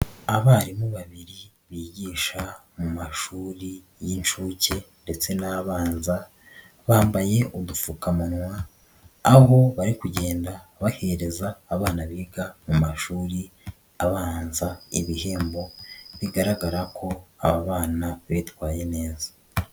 Abarimu babiri bigisha mu mashuri y'inshuke ndetse n'abanza bambaye udupfukamunwa, aho bari kugenda bahereza abana biga mu mashuri abanza ibihembo, bigaragara ko aba bana bitwaye neza.